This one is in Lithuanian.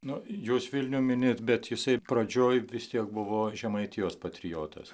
nu jūs vilnių minit bet jisai pradžioj vis tiek buvo žemaitijos patriotas